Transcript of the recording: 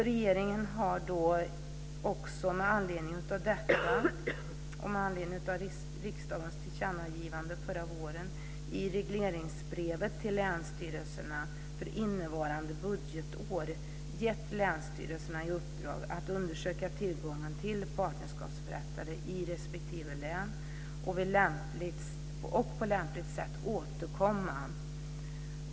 Regeringen har med anledning av detta och med anledning av riksdagens tillkännagivande förra våren i regleringsbrevet till länsstyrelserna för innevarande budgetår gett länsstyrelserna i uppdrag att undersöka tillgången till partnerskapsförrättare i respektive län och att på lämpligt sätt återkomma.